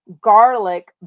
garlic